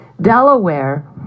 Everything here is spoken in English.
Delaware